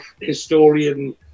historian